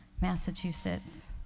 Massachusetts